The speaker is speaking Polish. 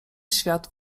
świat